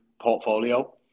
portfolio